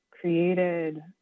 created